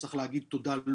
צריך להגיד תודה גם לו.